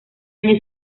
año